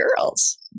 girls